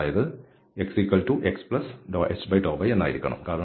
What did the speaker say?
അതായത് x ന് തുല്യമായിരിക്കണം